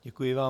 Děkuji vám.